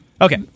Okay